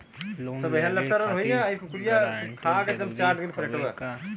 Loan लेवब खातिर guarantor जरूरी हाउ का?